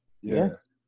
Yes